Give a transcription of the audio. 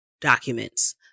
documents